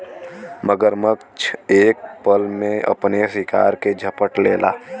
मगरमच्छ एक पल में अपने शिकार के झपट लेला